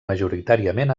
majoritàriament